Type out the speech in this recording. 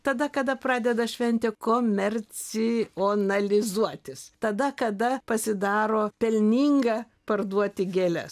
tada kada pradeda šventę komercionalizuotis tada kada pasidaro pelninga parduoti gėles